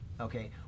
Okay